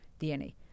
DNA